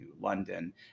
London